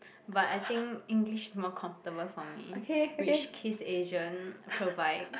but I think English more comfortable for me which Kiss Asian provide